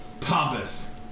pompous